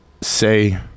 say